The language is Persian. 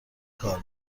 کار